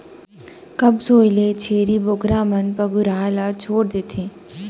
कब्ज होए ले छेरी बोकरा मन पगुराए ल छोड़ देथे